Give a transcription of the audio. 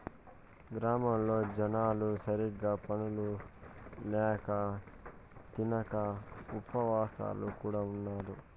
గ్రామాల్లో జనాలు సరిగ్గా పనులు ల్యాక తినక ఉపాసాలు కూడా ఉన్నారు